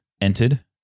entered